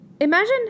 Imagine